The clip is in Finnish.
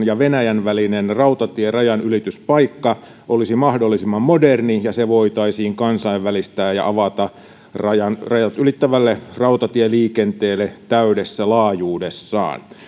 ja venäjän välinen rautatierajanylityspaikka olisi mahdollisimman moderni ja se voitaisiin kansainvälistää ja avata rajat rajat ylittävälle rautatieliikenteelle täydessä laajuudessaan